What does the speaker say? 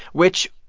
which,